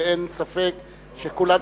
אין ספק שכולנו,